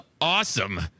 awesome